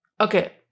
Okay